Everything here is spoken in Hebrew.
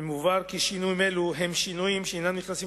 מובהר כי שינויים אלו הם שינויים שאינם נכנסים